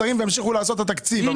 השרים ימשיכו לעשות את התקציב.